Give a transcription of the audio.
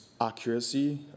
accuracy